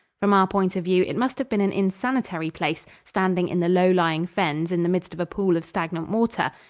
from our point of view, it must have been an insanitary place, standing in the low-lying fens in the midst of a pool of stagnant water,